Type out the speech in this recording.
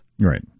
right